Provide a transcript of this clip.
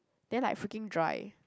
then like freaking dry